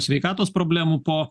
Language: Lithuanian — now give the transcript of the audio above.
sveikatos problemų po